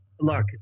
look